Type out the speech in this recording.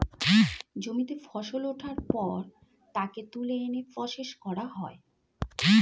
জমিতে ফসল ওঠার পর তাকে তুলে এনে প্রসেস করা হয়